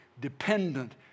dependent